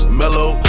mellow